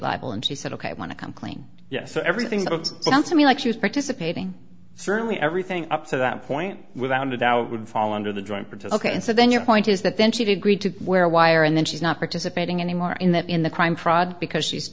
liable and she said ok i want to come clean yes everything sounds to me like she was participating certainly everything up to that point without a doubt would fall under the driver to ok and so then your point is that then she did agree to wear a wire and then she's not participating anymore in that in the crime fraud because she's